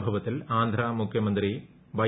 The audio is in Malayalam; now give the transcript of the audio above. സംഭവത്തിൽ ആന്ധ്ര മുഖ്യമന്ത്രി വൈ